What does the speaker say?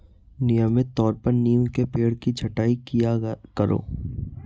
नियमित तौर पर नीम के पेड़ की छटाई किया करो